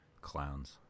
Clowns